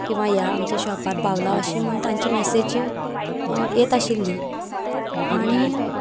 किंवां ह्या आमच्या शॉपार पावला अशीं म्हण तांची मॅसेज येत आशिल्ली आनी